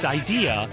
idea